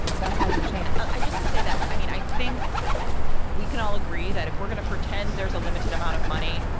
that hasn't changed i just would say that. i mean, i think we can all agree that if we're gonna pretend there's a limited amount of money,